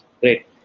Great